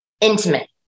intimate